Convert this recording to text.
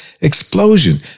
Explosion